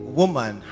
woman